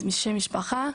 שם משפחה,